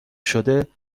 شده